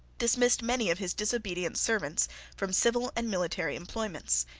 dismissed many of his disobedient servants from civil and military employments.